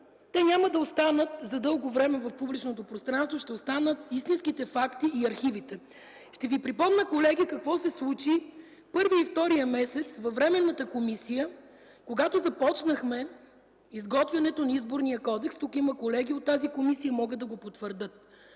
те няма да останат задълго време в публичното пространство. Ще останат истинските факти и архивите. Колеги, ще ви припомня какво се случи първия и втория месец във Временната комисия, когато започнахме изготвянето на Изборния кодекс. Тук има колеги от тази комисия. Те могат да потвърдят